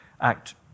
act